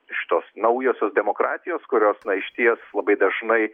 šitos naujosios demokratijos kurios na išties labai dažnai